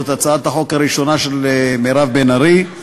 זו הצעת החוק הראשונה של מירב בן ארי.